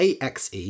AXE